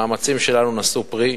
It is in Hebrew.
המאמצים שלנו נשאו פרי,